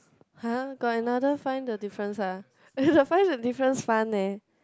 !huh! got another find the difference ah the find the difference fun leh